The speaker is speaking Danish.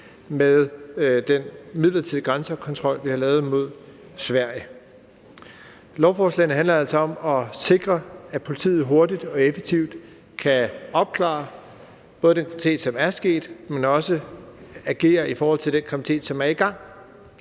med den midlertidige grænsekontrol, som vi har lavet mod Sverige. Lovforslaget handler altså både om at sikre, at politiet hurtigt og effektivt kan opklare den kriminalitet, som er sket, men også kan agere i forhold til den kriminalitet, som er i gang.